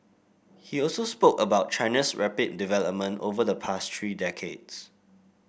he also spoke about China's rapid development over the past three decades